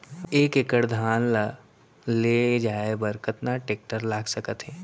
एक एकड़ धान ल ले जाये बर कतना टेकटर लाग सकत हे?